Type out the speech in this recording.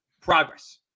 Progress